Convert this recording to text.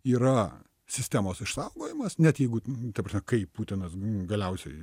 yra sistemos išsaugojimas net jeigu ta prasme kai putinas galiausiai